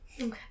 Okay